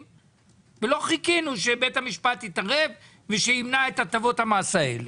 ולא חיכינו שבית המשפט יתערב ויימנע את הטבות המס האלו.